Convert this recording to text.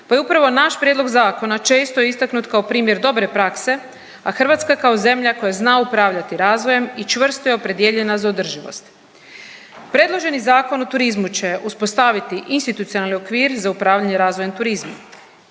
pa je upravo naš prijedlog zakona često istaknut kao primjer dobre prakse, a Hrvatska kao zemlja koja zna upravljati razvojem i čvrsto je opredijeljena za održivost. Predloženi Zakon o turizmu će uspostaviti institucionalni okvir za upravljanje razvojem turizma,